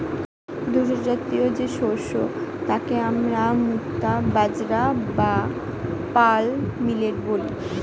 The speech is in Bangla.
ধূসরজাতীয় যে শস্য তাকে আমরা মুক্তা বাজরা বা পার্ল মিলেট বলি